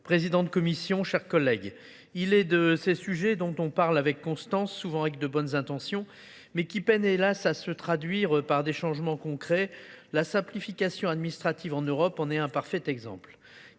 Président de Commission, chers collègues, il est de ces sujets dont on parle avec constance, souvent avec de bonnes intentions, mais qui peine hélas à se traduire par des changements concrets. La simplification administrative en Europe en est un parfait exemple.